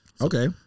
Okay